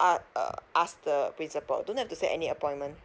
ah uh ask the principal don't have to say any appointment